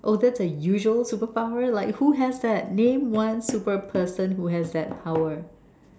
oh that's a usual superpower like who has that name one super person who has that power